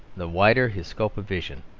the wider his scope of vision,